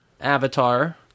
Avatar